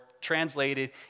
translated